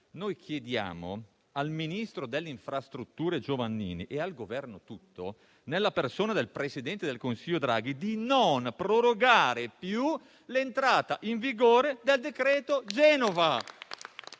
Chiediamo al ministro delle infrastrutture Giovannini e al Governo tutto, nella persona del presidente del Consiglio Draghi, di non prorogare più l'entrata in vigore del decreto Genova.